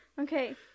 Okay